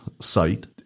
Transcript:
site